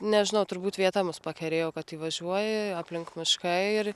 nežinau turbūt vieta mus pakerėjo kad įvažiuoji aplink miškai ir